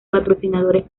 patrocinadores